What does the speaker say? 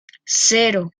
cero